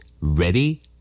ready